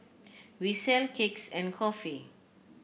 we sell cakes and coffee